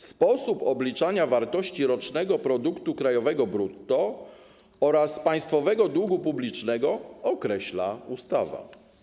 Sposób obliczania wartości rocznego produktu krajowego brutto oraz państwowego długu publicznego określa ustawa˝